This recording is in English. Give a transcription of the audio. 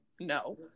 No